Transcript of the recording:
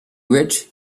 rich